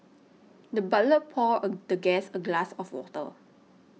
the butler poured the guest a glass of water